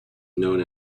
known